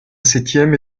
septième